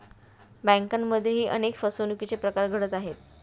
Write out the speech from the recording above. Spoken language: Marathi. बँकांमध्येही अनेक फसवणुकीचे प्रकार घडत आहेत